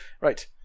Right